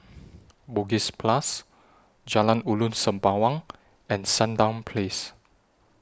Bugis Plus Jalan Ulu Sembawang and Sandown Place